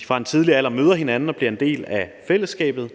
de fra en tidlig alder møder hinanden og bliver en del af fællesskabet.